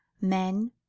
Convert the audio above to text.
men